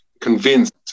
convinced